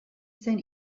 zen